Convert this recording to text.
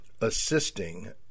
Assisting